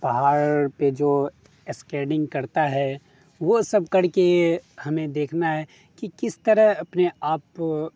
پہاڑ پہ جو اسکیڈنگ کرتا ہے وہ سب کر کے ہمیں دیکھنا ہے کہ کس طرح اپنے آپ